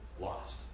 lost